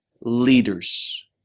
leaders